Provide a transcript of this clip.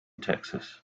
texas